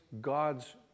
God's